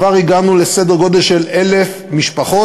כבר הגענו לסדר גודל של 1,000 משפחות